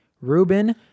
Ruben